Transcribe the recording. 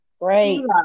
great